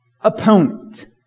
opponent